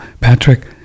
Patrick